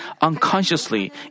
unconsciously